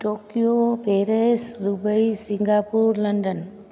Tokyo Paris Dubai Singapore London